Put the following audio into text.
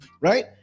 right